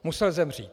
Musel zemřít.